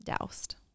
doused